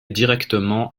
directement